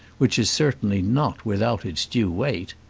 which is certainly not without its due weight.